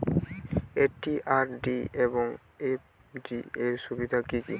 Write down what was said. একটি আর.ডি এবং এফ.ডি এর সুবিধা কি কি?